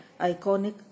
iconic